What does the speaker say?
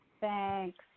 Thanks